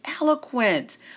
eloquent